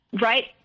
right